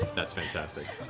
that's fantastic.